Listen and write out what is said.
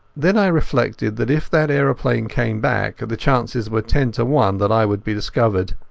then i reflected that if that aeroplane came back the chances were ten to one that i would be discovered.